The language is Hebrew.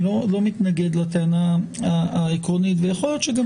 אני לא מתנגד לטענה העקרונית ויכול להיות שגם